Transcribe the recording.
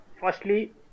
firstly